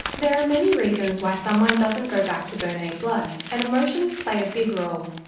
there are many reasons why someone doesn't go back to donate blood, and emotions play a big role.